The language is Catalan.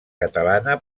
catalana